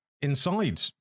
inside